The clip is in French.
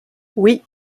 oui